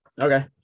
Okay